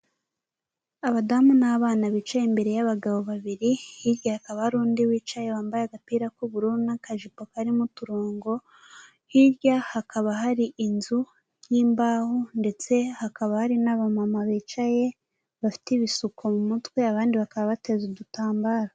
Abadamu n'abana bicaye imbere y'abagabo babiri hirya hakaba hari undi wicaye wambaye agapira k'ubururu n'akajipo karimo uturongo, hirya hakaba hari inzu y'imbaho ndetse hakaba hari n'abamama bicaye bafite ibisuko mu mutwe abandi bakaba bateza udutambaro.